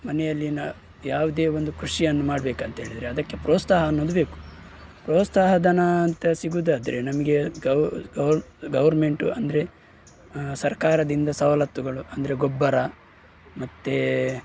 ಮನೆಯಲ್ಲಿನ ಯಾವುದೇ ಒಂದು ಕೃಷಿಯನ್ನು ಮಾಡಬೇಕಂತೇಳಿದ್ರೆ ಅದಕ್ಕೆ ಪ್ರೋತ್ಸಾಹ ಅನ್ನೋದು ಬೇಕು ಪ್ರೋತ್ಸಾಹಧನ ಅಂತ ಸಿಗೋದಾದ್ರೆ ನಮಗೆ ಗೌರ್ ಗೌರ್ಮೆಂಟು ಅಂದರೆ ಸರ್ಕಾರದಿಂದ ಸವಲತ್ತುಗಳು ಅಂದರೆ ಗೊಬ್ಬರ ಮತ್ತೆ